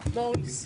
לכולם.